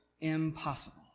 impossible